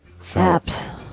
apps